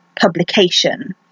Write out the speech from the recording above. publication